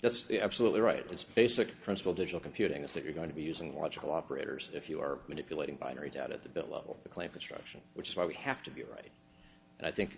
that's absolutely right its basic principle digital computing is that you're going to be using logical operators if you are manipulating binary doubt at the below the cliff instruction which is why we have to be right and i think